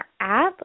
app